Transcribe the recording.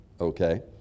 Okay